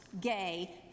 gay